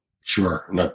Sure